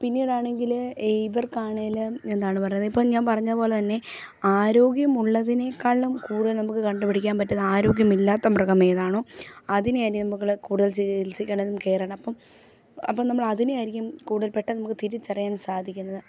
പിന്നീടാണെങ്കില് ഈ ഇവർക്കാണേല് എന്താണ് പറയുന്നത് ഇപ്പം ഞാൻ പറഞ്ഞത് പോലെ തന്നെ ആരോഗ്യമുള്ളതിനേക്കാളും കൂടുതൽ നമുക്ക് കണ്ടുപിടിക്കാൻ പറ്റുന്നത് ആരോഗ്യമില്ലാത്ത മൃഗംമേതാണോ അതിനെയായിരിക്കും നമ്മൾ കൂടുതൽ ചികിത്സിക്കേണ്ടതും കെയർ ചെയ്യേണ്ടതും അപ്പം അപ്പം നമ്മളതിനെ ആയിരിക്കും കൂടുതൽ പെട്ടെന്ന് നമുക്ക് തിരിച്ചറിയാൻ സാധിക്കുന്നത്